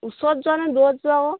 ওচৰত যোৱা নাই দূৰত যাবাও